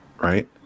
right